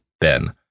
Ben